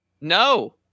No